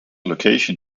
location